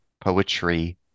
poetry